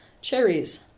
cherries